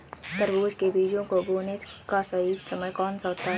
तरबूज के बीजों को बोने का सही समय कौनसा होता है?